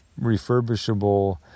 refurbishable